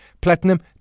platinum